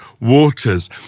waters